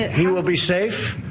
he will be safe,